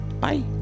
bye